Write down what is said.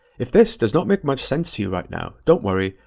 if this does not make much sense to you right now, don't worry,